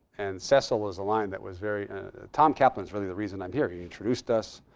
and cecil was a lion that was very tom kaplan's really the reason i'm here. he introduced us.